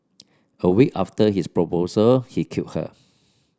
a week after his proposal he killed her